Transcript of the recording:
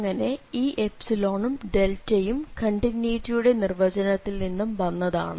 അങ്ങനെ ഈ ഉം യും കണ്ടിന്യൂറ്റിയുടെ നിർവ്വചനത്തിൽ നിന്നും വന്നതാണ്